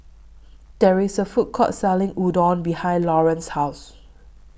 There IS A Food Court Selling Udon behind Lauren's House